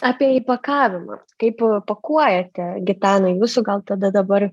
apie įpakavimą kaip pakuojate gitana jūsų gal tada dabar